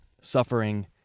suffering